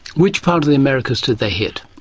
which part of the americas did they hit?